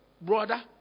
brother